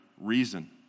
reason